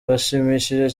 bashimishije